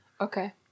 Okay